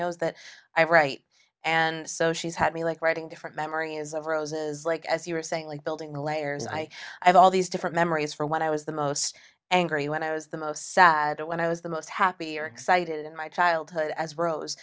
knows that i write and so she's had me like writing different memory is of roses like as you were saying like building layers i have all these different memories for when i was the most angry when i was the most sad when i was the most happy or excited in my childhood as rose